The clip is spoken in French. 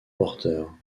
porteur